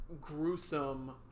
gruesome